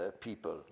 people